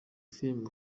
filimi